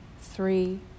three